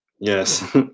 yes